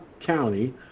county